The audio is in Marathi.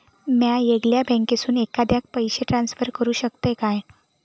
म्या येगल्या बँकेसून एखाद्याक पयशे ट्रान्सफर करू शकतय काय?